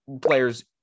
players